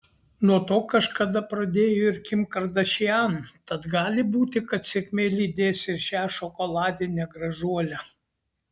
nuo to kažkada pradėjo ir kim kardashian tad gali būti kad sėkmė lydės ir šią šokoladinę gražuolę